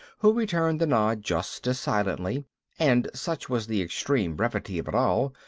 who returned the nod just as silently and such was the extreme brevity of it all,